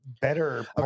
better